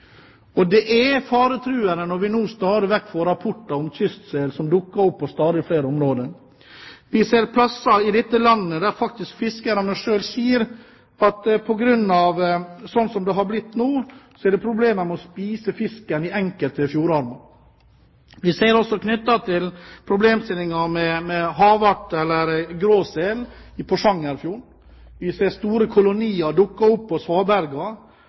kystselen. Det er faretruende når vi nå stadig vekk får rapporter om kystsel som dukker opp på stadig flere områder. Vi ser steder i dette landet der fiskerne selv sier at på grunn av slik det er blitt nå, er det problemer med å kunne spise fisken i enkelte fjordarmer. Vi ser også problemer knyttet til havarter eller gråsel i Porsangerfjorden. Vi ser store kolonier dukke opp